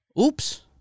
Oops